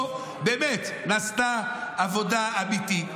פה באמת נעשתה עבודה אמיתית,